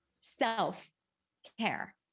self-care